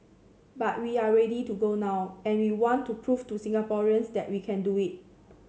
but we are ready to go now and we want to prove to Singaporeans that we can do it